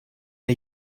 der